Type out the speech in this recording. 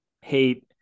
hate